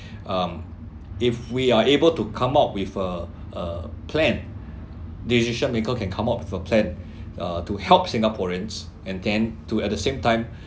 um if we are able to come up with a uh plan decision maker can come up with a plan uh to help singaporeans and then to at the same time